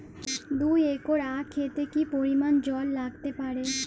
দুই একর আক ক্ষেতে কি পরিমান জল লাগতে পারে?